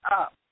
up